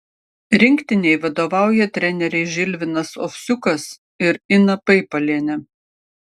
rinktinei vadovauja treneriai žilvinas ovsiukas ir ina paipalienė